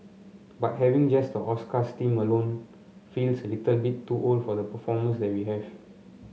but having just the Oscars theme alone feels a little bit too old for the performers that we have